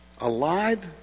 alive